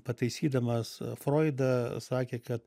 pataisydamas froidą sakė kad